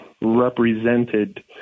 represented